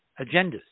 agendas